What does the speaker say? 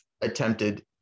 attempted